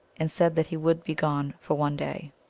and said that he would be gone for one day.